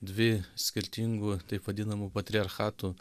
dvi skirtingų taip vadinamų patriarchatų